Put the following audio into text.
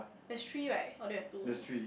there's three right or there have two only